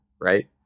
Right